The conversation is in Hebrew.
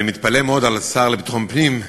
אני מתפלא מאוד על השר לביטחון פנים,